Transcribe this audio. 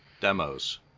demos